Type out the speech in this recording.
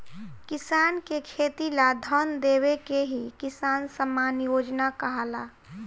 किसान के खेती ला धन देवे के ही किसान सम्मान योजना कहाला